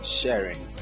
sharing